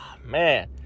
Man